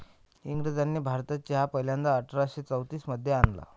इंग्रजांनी भारतात चहा पहिल्यांदा अठरा शे चौतीस मध्ये आणला